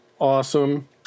awesome